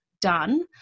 done